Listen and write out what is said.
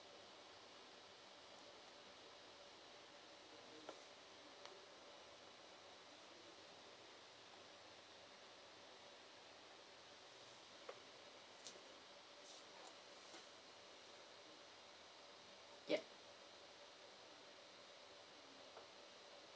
yup